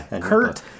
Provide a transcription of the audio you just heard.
Kurt